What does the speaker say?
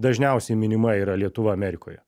dažniausiai minima yra lietuva amerikoje